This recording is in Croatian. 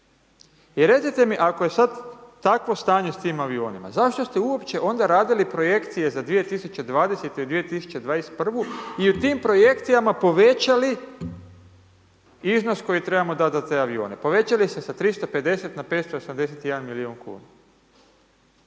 i recite mi ako je sad takvo stanje s tim avionima, zašto ste uopće onda radili projekcije za 2020. i 2021., i u tim projekcijama povećali iznos koji trebamo dati za te avione, povećali ste sa 350 na 581 milijun kuna,